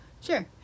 Sure